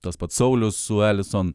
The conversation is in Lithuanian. tas pats saulius su elison